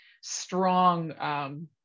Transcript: strong